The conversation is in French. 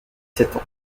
sept